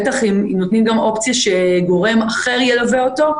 בטח אם נותנים גם אופציה שגורם אחר ילווה אותו,